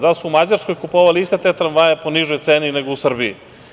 Da li su Mađarskoj kupovali iste te tramvaje po nižoj ceni, nego u Srbiji?